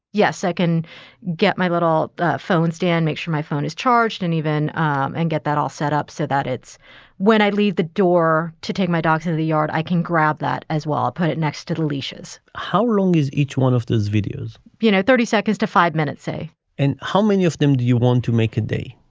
yes. i can get my little phone stand, make sure my phone is charged and even and get that all set up so that it's when i leave the door to take my dogs into the yard. i can grab that as well. put it next to delicious how long is each one of those videos? you know, thirty seconds to five minutes, say and how many of them do you want to make a day?